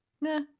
nah